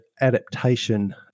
adaptation